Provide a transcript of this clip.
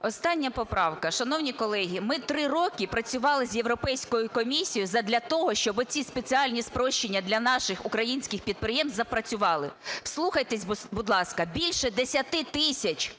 Остання поправка. Шановні колеги, ми 3 роки працювали з Європейською комісією задля того, щоби ці спеціальні спрощення для наших українських підприємств запрацювали. Вслухайтесь, будь ласка: більше 10 тисяч